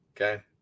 okay